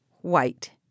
white